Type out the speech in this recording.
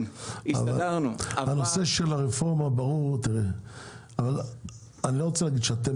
אבל הנושא של הרפורמה אני לא רוצה להגיד שגם אתם